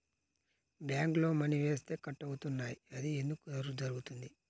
బ్యాంక్లో మని వేస్తే కట్ అవుతున్నాయి అది ఎందుకు జరుగుతోంది?